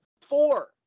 Four